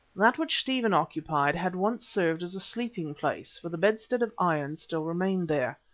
that which stephen occupied had once served as a sleeping-place, for the bedstead of iron still remained there.